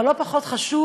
אבל לא פחות חשוב,